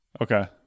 Okay